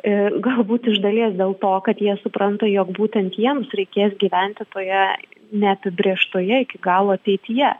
ir galbūt iš dalies dėl to kad jie supranta jog būtent jiems reikės gyventi toje neapibrėžtoje iki galo ateityje